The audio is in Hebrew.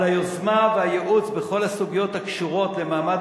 על היוזמה והייעוץ בכל הסוגיות הקשורות למעמד